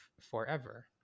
forever